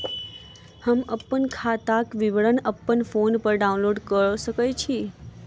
हम अप्पन खाताक विवरण अप्पन फोन पर डाउनलोड कऽ सकैत छी?